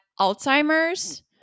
alzheimer's